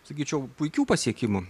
sakyčiau puikių pasiekimų